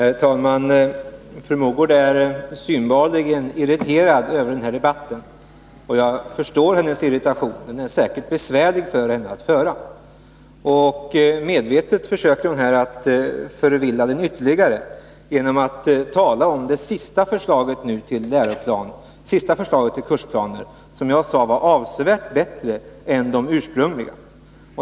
Herr talman! Fru Mogård är synbarligen irriterad över den här debatten, och jag förstår hennes irritation. Debatten är säkert besvärlig för henne, och medvetet försöker hon göra den än mer förvirrad genom att tala om det sista förslaget till kursplaner, som jag sade är avsevärt bättre än det ursprungliga.